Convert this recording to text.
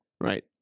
Right